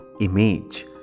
image